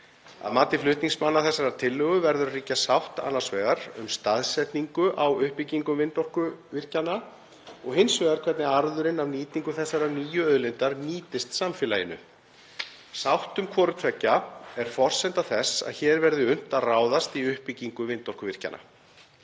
Að mati flutningsmanna þessarar tillögu verður að ríkja sátt annars vegar um staðsetningu á uppbyggingu vindorkuvirkjana og hins vegar hvernig arðurinn af nýtingu þessarar nýju auðlindar nýtist samfélaginu. Sátt um hvort tveggja er forsenda þess að hér verði unnt að ráðast í uppbyggingu vindorkuvirkjana.